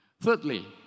Thirdly